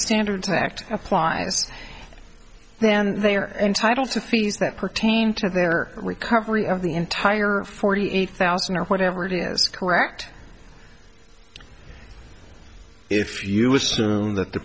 standards act applies then they are entitled to fees that pertain to their recovery of the entire forty eight thousand or whatever it is correct if you assume that the